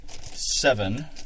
seven